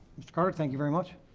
mr. carter, thank you very much.